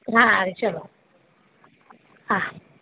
સારું ચલો હા